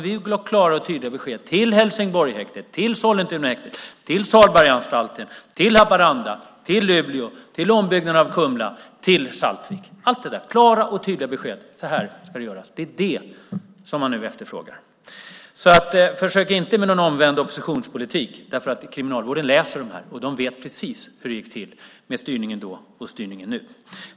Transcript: Vi gav klara och tydliga besked, till Helsingborgshäktet, till Sollentunahäktet, till Salbergaanstalten, till Haparanda, till Luleå, till ombyggnaden av Kumla och till Saltvik. Vi gav klara och tydliga besked om allt det här: Så här ska det göras! Det är det som man nu efterfrågar. Försök inte med någon omvänd oppositionspolitik! Kriminalvården läser det här, och de vet precis hur det gått till med styrningen då och styrningen nu.